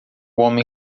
homem